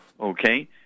Okay